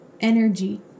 energy